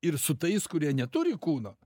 ir su tais kurie neturi kūno